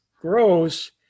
grows